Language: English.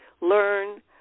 learn